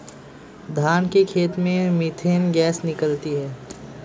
धान के खेत से मीथेन गैस निकलती है